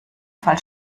fall